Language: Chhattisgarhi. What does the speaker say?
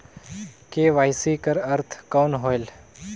के.वाई.सी कर अर्थ कौन होएल?